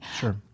sure